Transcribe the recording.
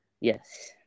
Yes